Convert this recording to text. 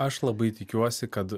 aš labai tikiuosi kad